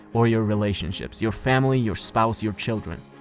or your relationships your family, your spouse, your children.